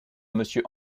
monsieur